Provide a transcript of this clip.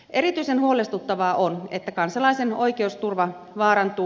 erityisen huolestuttavaa on että kansalaisen oikeusturva vaarantuu